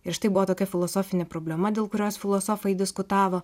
ir štai buvo tokia filosofinė problema dėl kurios filosofai diskutavo